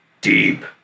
Deep